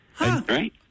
Right